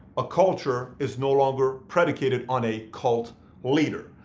a culture is no longer predicated on a cult leader.